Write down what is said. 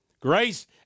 Grace